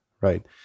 Right